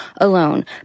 alone